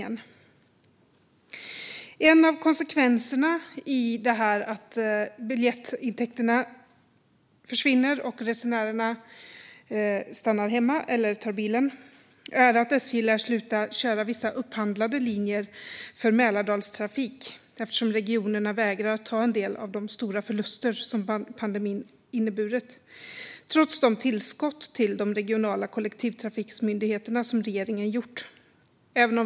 En av konsekvenserna av att biljettintäkterna försvinner när resenärerna stannar hemma eller tar bilen är att SJ lär sluta köra vissa upphandlade linjer för Mälardalstrafik. Regionerna vägrar ta en del av de stora förluster som pandemin inneburit trots de tillskott till de regionala kollektivtrafikmyndigheterna som regeringen gjort.